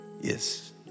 Yes